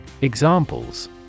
Examples